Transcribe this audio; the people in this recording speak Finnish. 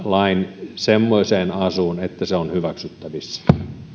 lain semmoiseen asuun että se on hyväksyttävissä